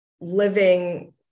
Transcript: living